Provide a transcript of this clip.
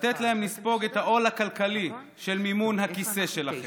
לתת להם לספוג את העול הכלכלי של מימון הכיסא שלכם.